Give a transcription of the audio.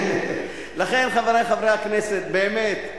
לכן, חברי חברי הכנסת, באמת,